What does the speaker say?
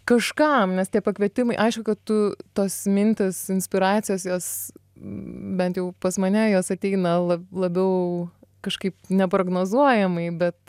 kažkam nes tie pakvietimai aišku kad tu tos mintys inspiracijos jos bent jau pas mane jos ateina labiau kažkaip neprognozuojamai bet